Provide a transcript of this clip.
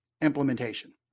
implementation